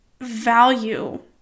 value